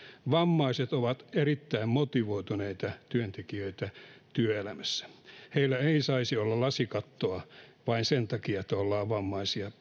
vammaiset ovat erittäin motivoituneita työntekijöitä työelämässä heillä ei saisi olla lasikattoa pääsyssä työmarkkinoille vain sen takia että ollaan vammaisia